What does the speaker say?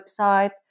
website